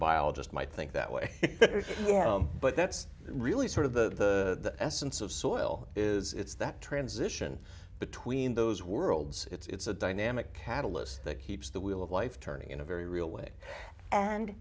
biologist might think that way yeah but that's really sort of the essence of soil is it's that transition between those worlds it's a dynamic catalyst that keeps the wheel of life turning in a very